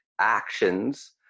actions